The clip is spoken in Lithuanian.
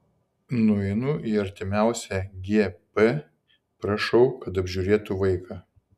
nueinu į artimiausią gp prašau kad apžiūrėtų vaiką